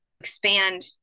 expand